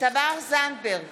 תמר זנדברג,